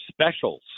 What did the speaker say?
specials